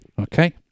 Okay